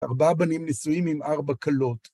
ארבעה בנים נישואים עם ארבע כלות.